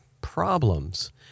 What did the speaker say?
problems